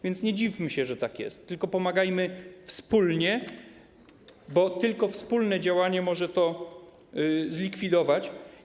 Więc nie dziwmy się, że tak jest, tylko pomagajmy wspólnie, bo tylko wspólne działanie może to zlikwidować.